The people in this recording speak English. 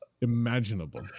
imaginable